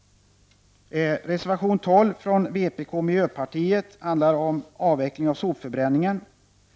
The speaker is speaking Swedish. Reservation 12 från vpk och miljöpartiet handlar om avvecklingen av sopförbränningen.